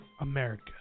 America